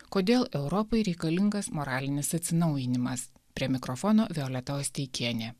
kodėl europai reikalingas moralinis atsinaujinimas prie mikrofono violeta osteikienė